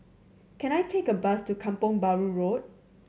can I take a bus to Kampong Bahru Road